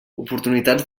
oportunitats